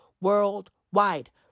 worldwide